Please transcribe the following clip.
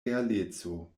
realeco